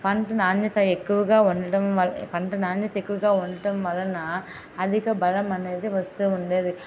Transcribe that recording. పంట నాణ్యత ఎక్కువగా ఉండటం పంట నాణ్యత ఎక్కువగా ఉండటం వలన అధిక బలం అనేది వస్తూ ఉండేది